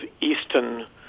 Eastern